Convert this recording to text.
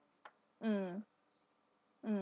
mm mm